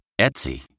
Etsy